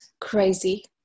crazy